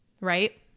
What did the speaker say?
right